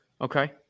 Okay